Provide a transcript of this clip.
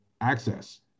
access